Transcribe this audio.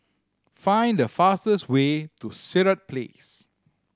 find the fastest way to Sirat Place